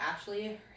Ashley